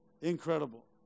Incredible